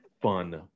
fun